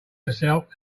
herself